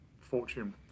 fortune